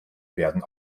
werden